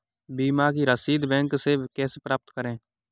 बीमा की रसीद बैंक से कैसे प्राप्त करें?